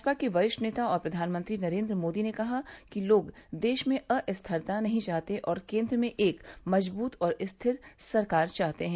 भाजपा के वरिष्ठ नेता और प्रधानमंत्री नरेन्द्र मोदी ने कहा कि लोग देश में अस्थिरता नहीं चाहते और केन्द्र में एक मजबूत और स्थिर सरकार चाहते हैं